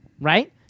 Right